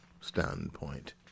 standpoint